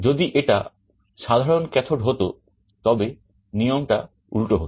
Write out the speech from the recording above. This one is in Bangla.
যদি এটা সাধারণ ক্যাথোড হত তবে নিয়মটা উল্টো হত